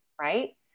right